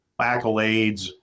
accolades